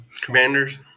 commanders